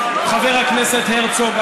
חבר הכנסת הרצוג,